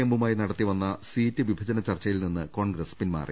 എമ്മുമായി നടത്തി വന്ന സീറ്റ് വിഭജന ചർച്ചയിൽ നിന്ന് കോൺഗ്രസ് പിൻമാറി